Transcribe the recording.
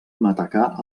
matacà